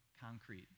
concrete